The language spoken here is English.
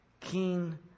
keen